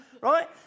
right